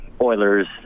Oilers